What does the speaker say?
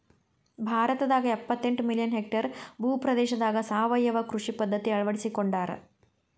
ಭಾರತದಾಗ ಎಪ್ಪತೆಂಟ million hectare ಭೂ ಪ್ರದೇಶದಾಗ ಸಾವಯವ ಕೃಷಿ ಪದ್ಧತಿ ಅಳ್ವಡಿಸಿಕೊಂಡಾರ